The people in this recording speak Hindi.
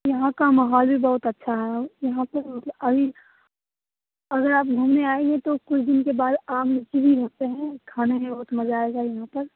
यहाँ का माहोल भी बहुत अच्छा है यहाँ पर अभी अगर आप घूमने आए हैं तो कुछ दिन के बाद आम लिच्ची भी होते हैं खाने में बहुत मज़ा आएगा यहाँ पर